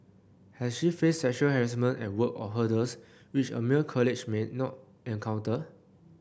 has she faced sexual harassment at work or hurdles which a male colleague might not encounter